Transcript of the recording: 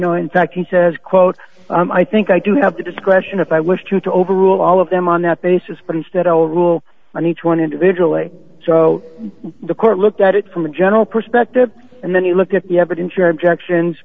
know in fact he says quote i think i do have the discretion of i wish to to overrule all of them on that basis but instead i will rule on each one individually so the court looked at it from a general perspective and then you look at the evidence your objections